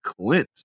clint